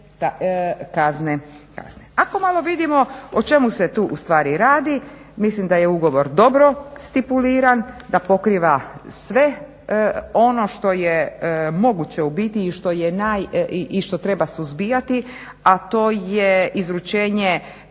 kazne. Ako malo vidimo o čemu se tu ustvari radi mislim da je ugovor dobro stipuliran, da pokriva sve ono što je moguće ubiti i što je naj i što treba suzbijati a to je izručenje